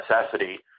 necessity